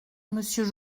monsieur